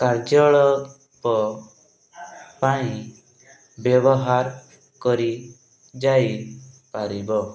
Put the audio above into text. କାର୍ଯ୍ୟାଳାପ ପାଇଁ ବ୍ୟବହାର କରିଯାଇପାରିବ